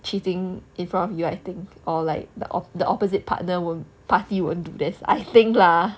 cheating in front of you I think or like the opp~ the opposite partner will party won't do this I think lah